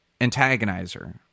antagonizer